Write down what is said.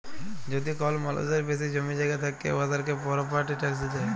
যদি কল মালুসের বেশি জমি জায়গা থ্যাকে উয়াদেরকে পরপার্টি ট্যাকস দিতে হ্যয়